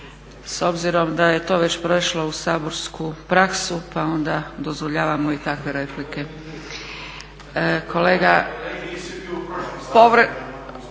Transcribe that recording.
S obzirom da je to već prešlo u saborsku praksu, pa onda dozvoljavamo i takve replike. …/Upadica